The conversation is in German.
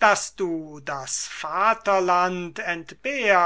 daß du das vaterland entbehrst